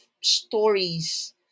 stories